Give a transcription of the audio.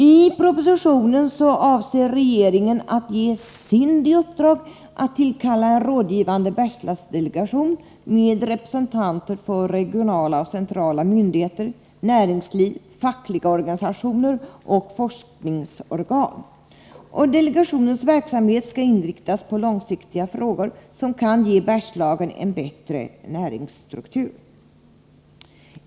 I propositionen avser regeringen att ge SIND i uppdrag att tillkalla en rådgivande Bergslagsdelegation med representanter för regionala och centrala myndigheter, näringsliv, fackliga organisationer och forskningsorgan. Delegationens verksamhet skall inriktas på långsiktiga frågor, som kan ge Bergslagen en bättre näringsstruktur.